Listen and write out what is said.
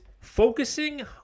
focusing